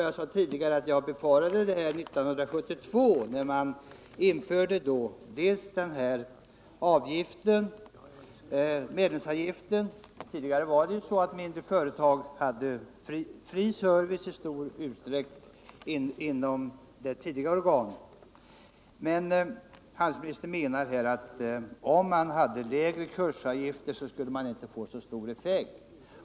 Jag sade tidigare att jag hyste vissa farhågor när man 1972 införde medlemsavgifter. Förut hade ju mindre företag i stor utsträckning fri service genom det tidigare organet. Men handelsministern menar att kurserna, om man hade lägre kursavgifter, inte skulle få så stor effekt.